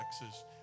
Texas